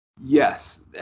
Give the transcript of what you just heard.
Yes